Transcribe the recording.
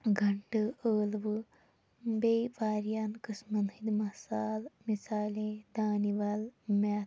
گنٛڈٕ ٲلوٕ بیٚیہِ واریاہَن قٕسمَن ہٕنٛدۍ مصال مِثالے دانِہ وَل مٮ۪تھ